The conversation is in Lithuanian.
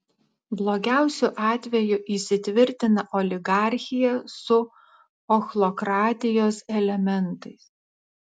blogiausiu atveju įsitvirtina oligarchija su ochlokratijos elementais